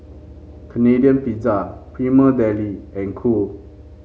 Canadian Pizza Prima Deli and Cool